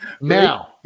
Now